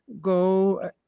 go